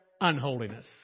unholiness